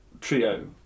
trio